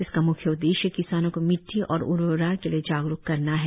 इसका म्ख्य उद्देश्य किसानों को मिट्टी और उर्वरा के लिए जागरुक करना है